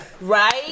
right